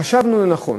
חשבנו לנכון,